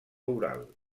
oral